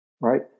right